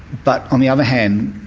but on the other hand,